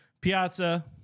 piazza